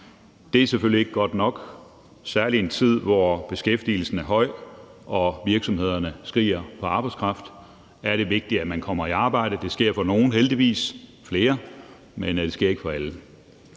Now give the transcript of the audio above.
Det er selvfølgelig ikke godt nok. Særlig i en tid, hvor beskæftigelsen er høj og virksomhederne skriger på arbejdskraft, er det vigtigt, at man kommer i arbejde. Det sker for nogle, heldigvis flere, men det sker ikke for alle.